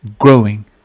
growing